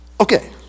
Okay